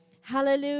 Hallelujah